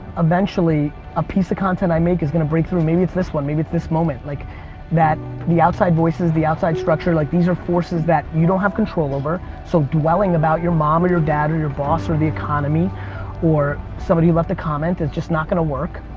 eventually a piece of content i make is gonna break through, maybe it's this one, maybe it's this moment, like that that the outside voices, the outside structure, like these are forces that you don't have control over. so dwelling about your mom or your dad or your boss or the economy or somebody who left a comment it's just not gonna work,